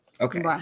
Okay